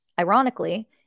ironically